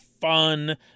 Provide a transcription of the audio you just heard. fun